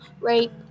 rape